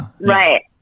Right